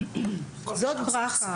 זאת ברכה,